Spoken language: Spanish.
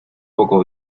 poco